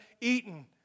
eaten